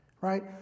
right